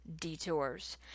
detours